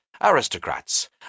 aristocrats